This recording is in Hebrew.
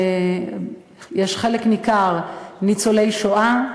חלק ניכר הם ניצולי השואה,